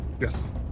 Yes